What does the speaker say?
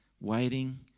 waiting